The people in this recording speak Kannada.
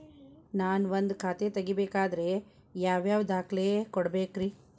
ನಾನ ಒಂದ್ ಖಾತೆ ತೆರಿಬೇಕಾದ್ರೆ ಯಾವ್ಯಾವ ದಾಖಲೆ ಕೊಡ್ಬೇಕ್ರಿ?